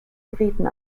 briten